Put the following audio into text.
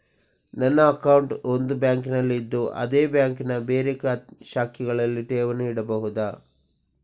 ನನ್ನ ಅಕೌಂಟ್ ಒಂದು ಬ್ಯಾಂಕಿನಲ್ಲಿ ಇದ್ದು ಅದೇ ಬ್ಯಾಂಕಿನ ಬೇರೆ ಶಾಖೆಗಳಲ್ಲಿ ಠೇವಣಿ ಇಡಬಹುದಾ?